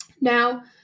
now